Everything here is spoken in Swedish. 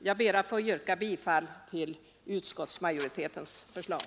Jag ber att få yrka bifall till utskottsmajoritetens förslag.